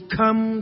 come